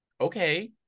Okay